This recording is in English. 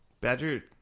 Badger